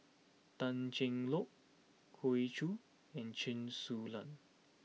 Tan Cheng Lock Hoey Choo and Chen Su Lan